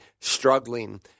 struggling